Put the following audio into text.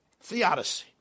Theodicy